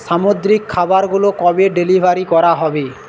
সামুদ্রিক খাবারগুলো কবে ডেলিভারি করা হবে